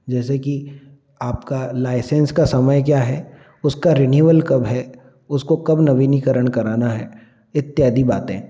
जैसे कि आपका लाइसेंस का समय क्या है उसका रिन्यूअल कब है उसको कब नवीनीकरण कराना है इत्यादि बातें